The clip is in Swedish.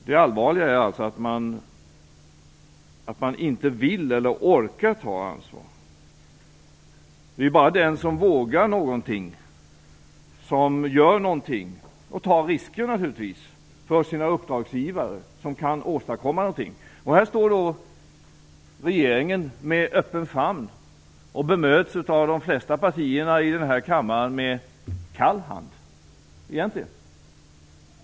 Det allvarliga är alltså att man inte vill eller orkar ta ansvar. Det är bara den som vågar något som gör något och naturligtvis tar risker inför sina uppdragsgivare som kan åstadkomma något. Här står då regeringen med öppen famn och bemöts av de flesta partier i denna kammare med en kall hand.